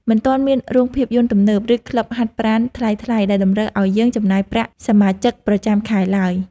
មិនទាន់មានរោងភាពយន្តទំនើប ឬក្លឹបហាត់ប្រាណថ្លៃៗដែលតម្រូវឱ្យយើងចំណាយប្រាក់សមាជិកប្រចាំខែឡើយ។